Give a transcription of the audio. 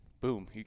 boom